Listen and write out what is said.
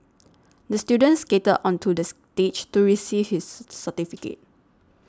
the student skated onto the stage to receive his certificate